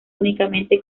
únicamente